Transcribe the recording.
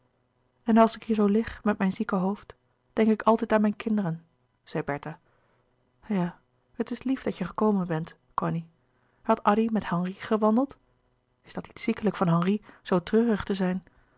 zusters als ik hier zoo lig met mijn zieke hoofd denk ik altijd aan mijn kinderen zei bertha ja het is lief dat je gekomen bent cony had addy met henri gewandeld is dat niet ziekelijk van henri zoo treurig te zijn